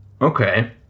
Okay